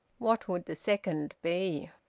what would the second be?